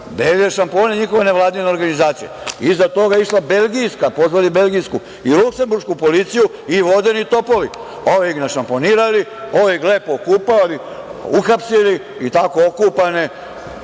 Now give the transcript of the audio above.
delile šampone njihove nevladine organizacije, iza toga išla belgijska, pozvali belgijsku i luksemburšku policiju i vodeni topovi, ovi ih našamponirali, ovi ih lepo okupali, uhapsili i tako okupane